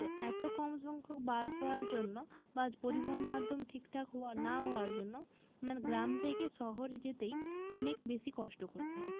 তো এত কম সংখ্যক বাস হওয়ার জন্য বা পরিবহন মাধ্যম ঠিকঠাক হওয়ার না হওয়ার জন্য মেন গ্রাম থেকে শহরে যেতেই অনেক বেশি কষ্ট করতে হয়